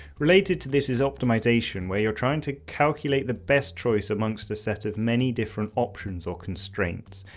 related to this is optimisation, where you are trying to calculate the best choice amongst a set of many different options or constraints,